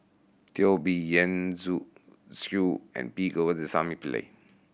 Teo Bee Yen Zhu Xu and P Govindasamy Pillai